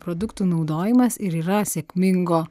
produktų naudojimas ir yra sėkmingo